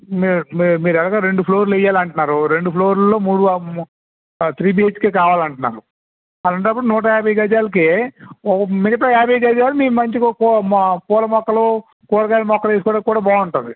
మీరు మీరు మీరు ఎలాగో రెండు ఫ్లోర్ వేయాలి అంటున్నారు రెండు ఫ్లోర్లో మూడు త్రీ త్రీ బీహెచ్కే కావాలి అంటున్నారు అలాంటప్పుడు నూట యాభై గజాలకి ఒక మిగతా యాభై గజాలకి మీ మంచిగా ఒక పూల మొక్కలు కూరగాయల మొక్కలు వేసుకోవడానికి కూడా బాగుంటుంది